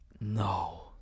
No